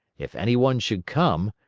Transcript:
if any one should come,